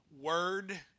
word